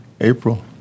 April